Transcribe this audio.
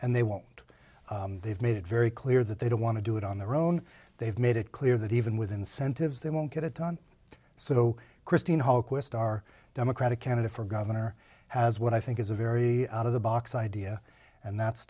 and they won't they've made it very clear that they don't want to do it on their own they've made it clear that even with incentives they won't get it done so christine how qwest are democratic candidate for governor has what i think is a very out of the box idea and that's